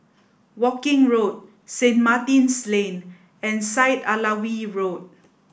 Woking Road Saint Martin's Lane and Syed Alwi Road